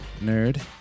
nerd